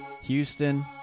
Houston